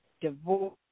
divorce